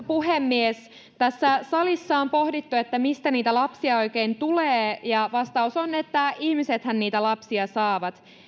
puhemies tässä salissa on pohdittu mistä niitä lapsia oikein tulee ja vastaus on että ihmisethän niitä lapsia saavat